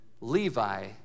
Levi